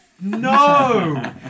No